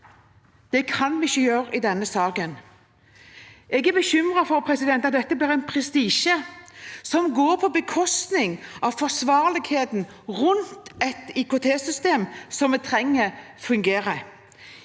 Det kan vi ikke gjøre i denne saken. Jeg er bekymret for at det går prestisje i saken som går på bekostning av forsvarligheten rundt et IKT-system vi trenger at fungerer,